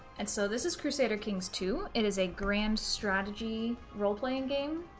and so this is crusader kings two, it is a grand strategy role-playing game,